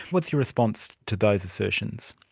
what's your response to those assertions?